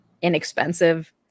inexpensive